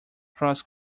cross